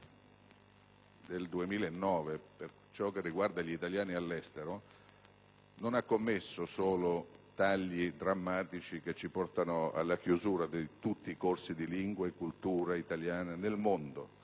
il 2009, per ciò che riguarda gli italiani all'estero, non ha deciso solo tagli drammatici che ci portano alla chiusura di tutti i corsi di lingua e cultura italiana nel mondo